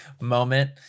moment